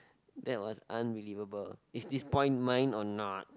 that was unbelievable is this point mine or not